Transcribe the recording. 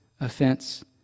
offense